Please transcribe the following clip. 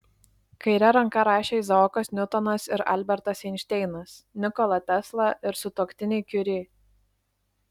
kaire ranka rašė izaokas niutonas ir albertas einšteinas nikola tesla ir sutuoktiniai kiuri